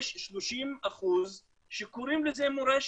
יש 30% שקוראים לזה מורשת.